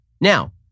Now